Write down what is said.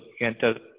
enter